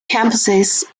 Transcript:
campuses